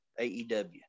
AEW